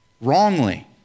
wrongly